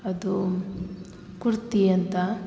ಅದೂ ಕುರ್ತಿ ಅಂತ